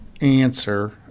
answer